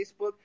Facebook